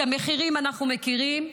את המחירים אנחנו מכירים.